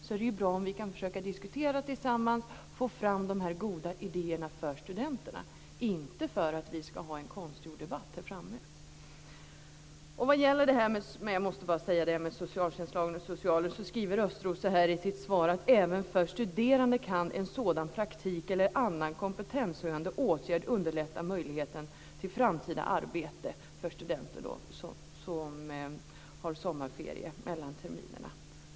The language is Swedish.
Då är det ju bra om vi kan försöka diskutera tillsammans och få fram de goda idéerna för studenterna, inte för att vi ska ha en konstgjord debatt här. Vad gäller det här med socialtjänstlagen skriver Östros i sitt svar: Även för studerande kan en sådan praktik eller annan kompetenshöjande åtgärd underlätta möjligheten till framtida arbete för studenter som har sommarferier mellan terminerna.